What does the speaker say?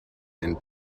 and